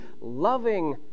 loving